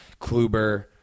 Kluber